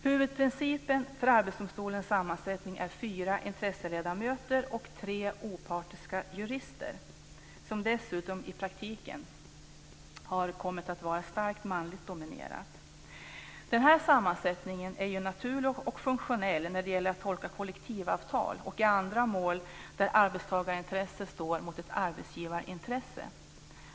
Huvudprincipen för Arbetsdomstolens sammansättning är fyra intresseledamöter och tre opartiska jurister. Den har dessutom i praktiken kommit att vara starkt manligt dominerad. Den här sammansättningen är naturlig och funktionell när det gäller att tolka kollektivavtal och i andra mål där ett arbetstagarintresse står mot ett arbetsgivarintresse.